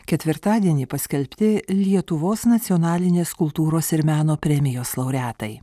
ketvirtadienį paskelbti lietuvos nacionalinės kultūros ir meno premijos laureatai